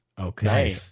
Okay